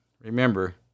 Remember